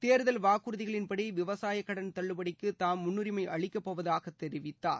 தேர்தல் வாக்குறுதிகளின்படி விவசாயக் கடன் தள்ளுபடிக்கு தாம் முன்னுரிமை அளிக்கப்போவதாக தெரிவித்தார்